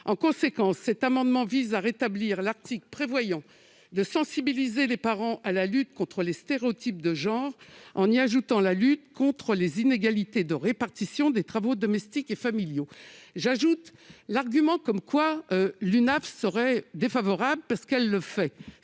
Par conséquent, cet amendement vise à rétablir l'article prévoyant de sensibiliser les parents à la lutte contre les stéréotypes de genre, en y ajoutant la lutte contre les inégalités de répartition des travaux domestiques et familiaux. L'Union nationale des associations familiales serait défavorable à une telle mesure